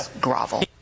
grovel